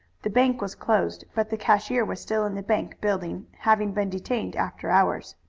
the bank was closed, but the cashier was still in the bank building, having been detained after hours.